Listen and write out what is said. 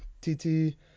Titi